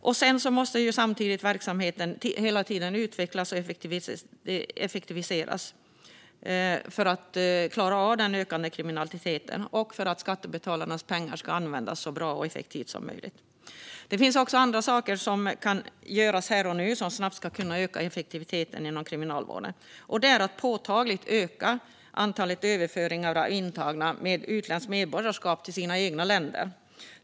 Samtidigt måste verksamheten hela tiden utvecklas och effektiviseras för att klara av den ökande kriminaliteten och för att skattebetalarnas pengar ska användas på ett så bra och effektivt sätt som möjligt. Det finns också andra saker som kan göras här och nu som snabbt skulle kunna öka effektiviteten inom Kriminalvården, och det är att påtagligt öka antalet överföringar av intagna med utländskt medborgarskap till deras egna länder.